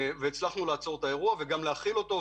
והצלחנו לעצור את האירוע וגם להכיל אותו,